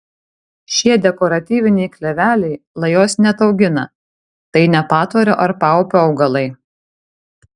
šie dekoratyviniai kleveliai lajos neataugina tai ne patvorio ar paupio augalai